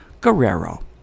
Guerrero